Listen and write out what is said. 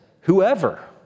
whoever